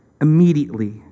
Immediately